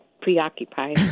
preoccupied